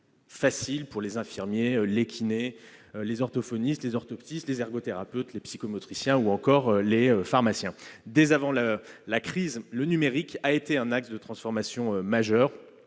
facile pour les infirmiers, les kinés, les orthophonistes, les orthoptistes, les ergothérapeutes, les psychomotriciens ou encore les pharmaciens. Dès avant la crise, le numérique est apparu comme un axe de transformation majeure